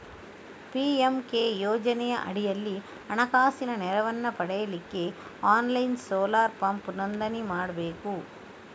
PMK ಯೋಜನೆಯ ಅಡಿಯಲ್ಲಿ ಹಣಕಾಸಿನ ನೆರವನ್ನ ಪಡೀಲಿಕ್ಕೆ ಆನ್ಲೈನ್ ಸೋಲಾರ್ ಪಂಪ್ ನೋಂದಣಿ ಮಾಡ್ಬೇಕು